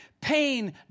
pain